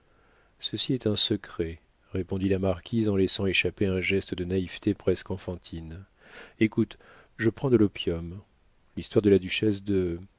ceci est un secret répondit la marquise en laissant échapper un geste de naïveté presque enfantine écoute je prends de l'opium l'histoire de la duchesse de